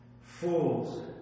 Fools